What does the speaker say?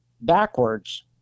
backwards